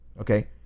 okay